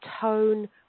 tone